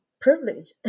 Privilege